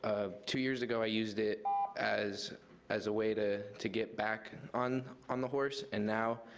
ah two years ago, i used it as as a way to to get back and on on the horse, and now,